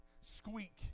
squeak